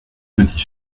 petits